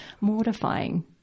mortifying